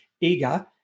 eager